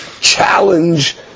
challenge